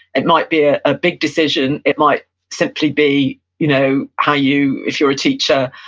it might be ah a big decision, it might simply be you know how you, if you're a teacher,